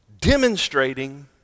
demonstrating